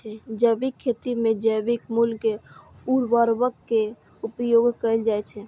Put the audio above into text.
जैविक खेती मे जैविक मूल के उर्वरक के उपयोग कैल जाइ छै